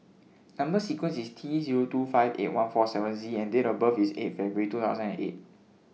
Number sequence IS T Zero two five eight one four seven Z and Date of birth IS eighth February two thousand and eight